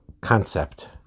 concept